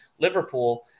Liverpool